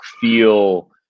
feel